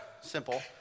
simple